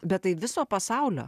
bet tai viso pasaulio